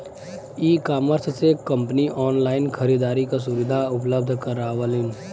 ecommerce से company online खरीदारी क सुविधा उपलब्ध करावलीन